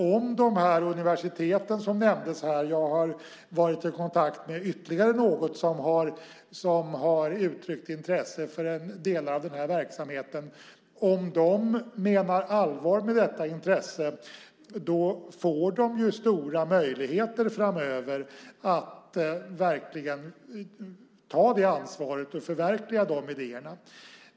Om de universitet som nämndes här - jag har varit i kontakt med ytterligare något som har uttryckt intresse för delar av den här verksamheten - menar allvar med sitt intresse får de stora möjligheter framöver att verkligen ta det ansvaret och förverkliga sina idéer.